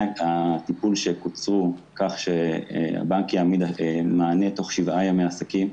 הטיפול שקוצרו כך שהבנק יעמיד מענה תוך שבעה ימי עסקים